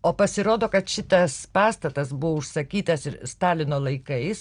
o pasirodo kad šitas pastatas buvo užsakytas stalino laikais